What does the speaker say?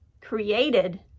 created